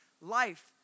life